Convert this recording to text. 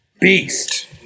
beast